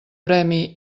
premi